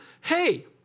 hey